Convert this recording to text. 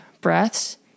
breaths